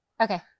Okay